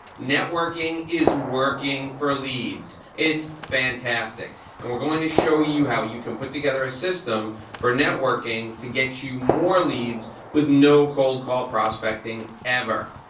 networking is working for leads. it's fantastic fantastic and we're going to show you how you can put together a system for networking to get you more leads with no cold call prospecting ever.